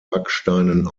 backsteinen